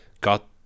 got